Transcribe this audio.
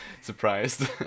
surprised